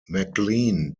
mclean